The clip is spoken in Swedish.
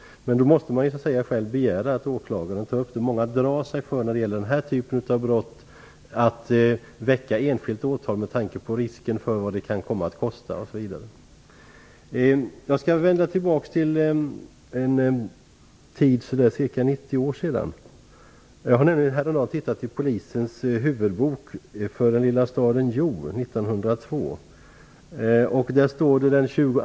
Men då måste de själva begära att åklagaren tar upp detta. Vid den här typen av brott är det många drar sig för att väcka enskilt åtal med tanke på vad det kan komma att kosta osv. Jag skall vända tillbaks till en tid för ca 90 år sedan. Häromdagen tittade jag nämligen i Polisens huvudbok för den lilla staden Hjo år 1902.